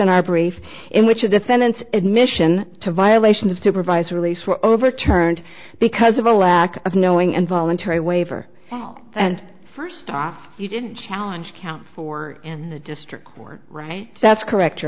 in our brief in which a defendant's admission to violations of supervised release were overturned because of a lack of knowing and voluntary waiver and first off you didn't challenge count four in the district court that's correct your